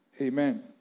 Amen